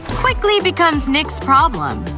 quickly becomes nick's problem.